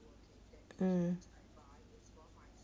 mm